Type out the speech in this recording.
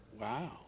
Wow